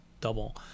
double